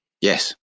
yes